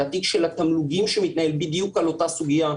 את התיק של התמלוגים שמתנהל בדיוק על אותה סוגיה,